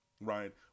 right